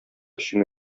өчен